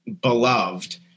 beloved